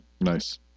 Nice